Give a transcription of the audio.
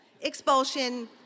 expulsion